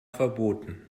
verboten